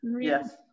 yes